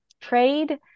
trade